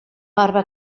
barba